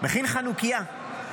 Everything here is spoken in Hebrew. מכין חנוכייה.